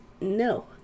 no